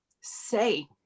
say